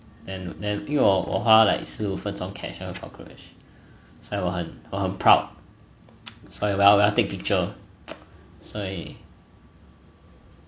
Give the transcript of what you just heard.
then then 因为我我花 like 十五分钟 catch 那个 cockroach 所以我很我很 proud 所以我要 take picture 所以